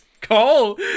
call